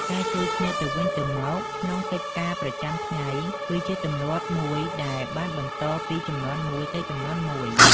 ការជួយគ្នាទៅវិញទៅមកក្នុងកិច្ចការប្រចាំថ្ងៃ គឺជាទម្លាប់មួយដែលបានបន្តពីជំនាន់មួយទៅជំនាន់មួយ។